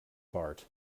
bart